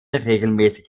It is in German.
regelmäßig